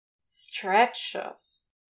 Stretches